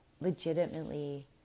legitimately